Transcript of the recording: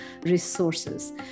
resources